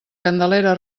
candelera